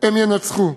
הם ינצחו,